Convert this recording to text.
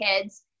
kids